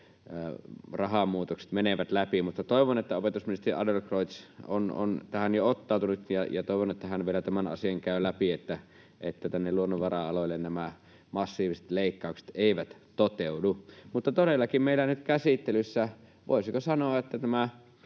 rahamuutokset menevät läpi, mutta toivon, että opetusministeri Adlercreutz on tähän jo ottautunut, ja toivon, että hän vielä tämän asian käy läpi, että luonnonvara-aloille nämä massiiviset leikkaukset eivät toteudu. Todellakin meillä on nyt käsittelyssä, voisiko sanoa,